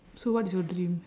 so what is your dream